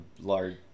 large